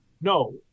no